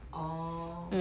oh